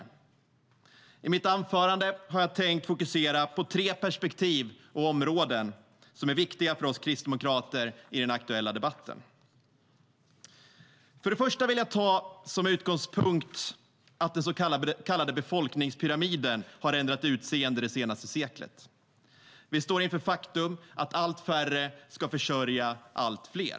För det första vill jag ta som utgångspunkt att den så kallade befolkningspyramiden har ändrat utseende det senaste seklet. Vi står inför det faktum att allt färre ska försörja allt fler.